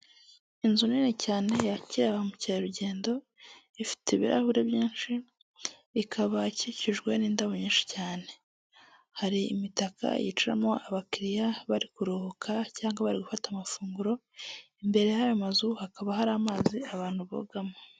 Inzu nini cyane yakira ba mukerarugendo ifite ibirahure byinshi ikaba ikikijwe n'indabo nyinshi cyane, hari imitaka yicaramo abakiriya bari kuruhuka cyangwa bari gufata amafunguro, imbere y'ayo mazu hakaba hari amazi abantu bogamo.